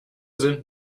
sind